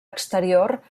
exterior